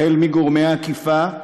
החל מגורמי האכיפה,